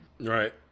Right